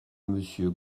monsieur